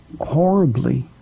horribly